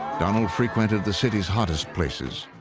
donald frequented the city's hottest places.